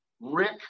Rick